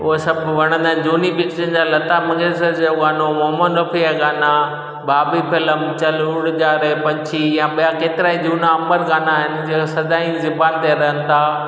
उहे सभु वणंदा आहिनि झूनी पिचरनि जा लता मंगेश्कर जा गानो मोहम्मद रफीअ जा गाना बॉबी फिलम चल उड़जा रे पंछी या ॿिया केतिरा ई झूना अंबर गाना आहिनि जो सदाई ज़ुबान ते रहिन था